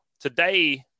Today